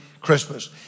Christmas